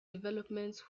developments